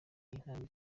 intambwe